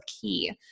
key